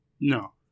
No